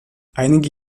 einige